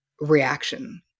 reaction